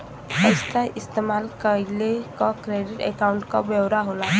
पइसा इस्तेमाल कइले क क्रेडिट अकाउंट क ब्योरा हौ